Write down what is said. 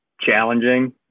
challenging